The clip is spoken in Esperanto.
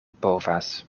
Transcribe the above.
povas